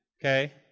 Okay